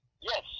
Yes